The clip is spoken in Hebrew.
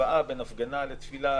השוואה בין הפגנה לתפילה,